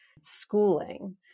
schooling